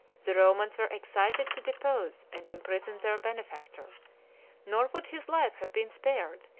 the romans were excited to depose and imprison their benefactor nor would his life have been spared,